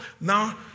Now